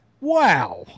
Wow